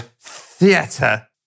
Theatre